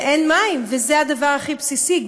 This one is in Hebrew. ואין מים, וזה הדבר הכי בסיסי.